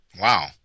Wow